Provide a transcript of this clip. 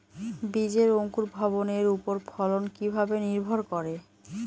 বীজের অঙ্কুর ভবনের ওপর ফলন কিভাবে নির্ভর করে?